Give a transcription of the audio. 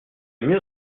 mieux